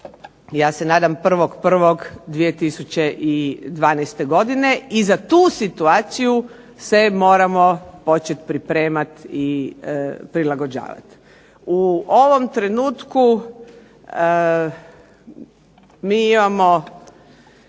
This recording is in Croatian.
ja se nadam 1. 1. 2012. godine i za tu situaciju se moramo početi pripremati i prilagođavati. U ovom trenutku mi imamo